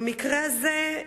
במקרה הזה,